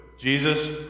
Jesus